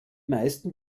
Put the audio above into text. meisten